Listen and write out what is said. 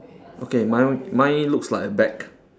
okay my one mine looks like a bag